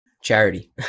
charity